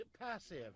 passive